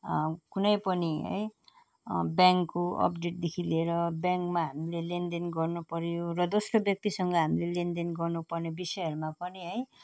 कुनै पनि है ब्याङ्कको अपडेटदेखि लिएर ब्याङ्कमा हामीले लेनदेन गर्नु पऱ्यो र दोस्रो व्यक्तिसँग हामीले लेनदेन गर्नु पर्ने विषयहरूमा पनि है